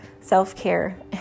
self-care